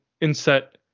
inset